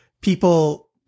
people